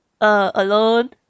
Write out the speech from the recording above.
alone